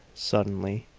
suddenly.